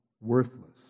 worthless